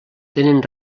tenen